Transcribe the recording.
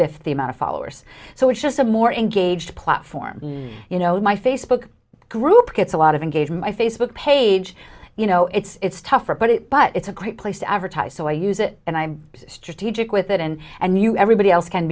fifth the amount of followers so it's just a more engaged platform you know my facebook group gets a lot of engagement my facebook page you know it's tougher but it but it's a great place to advertise so i use it and i'm strategic with it and and you everybody else can